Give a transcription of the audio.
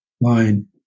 line